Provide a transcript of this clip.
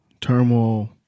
turmoil